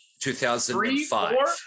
2005